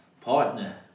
Partner